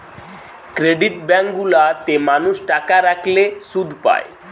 credit bank গুলা তে মানুষ টাকা রাখলে শুধ পায়